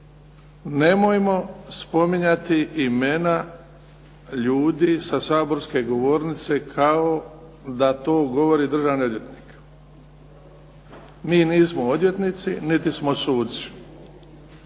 nemojmo spominjati imena ljudi sa saborske govornice kao da to govori državni odvjetnik. Mi nismo odvjetnici, niti smo suci.